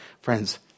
Friends